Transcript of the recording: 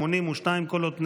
82 קולות,